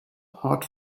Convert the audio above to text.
hot